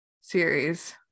series